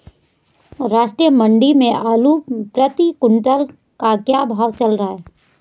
राष्ट्रीय मंडी में आलू प्रति कुन्तल का क्या भाव चल रहा है?